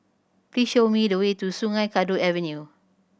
please show me the way to Sungei Kadut Avenue